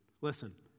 Listen